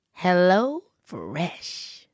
HelloFresh